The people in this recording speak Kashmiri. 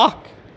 اکھ